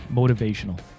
motivational